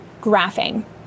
graphing